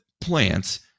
plants